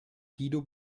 guido